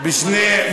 השר ביטן.